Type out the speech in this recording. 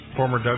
former